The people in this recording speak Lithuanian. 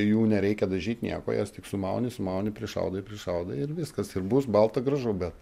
jų nereikia dažyt nieko jas tik sumauni sumauni prišaudai prišaudai ir viskas ir bus balta gražu bet